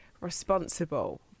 responsible